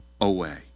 away